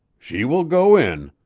she will go in,